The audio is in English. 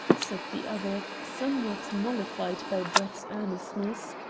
said the other, somewhat mollified by brett's earnestness,